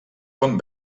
quan